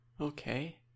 Okay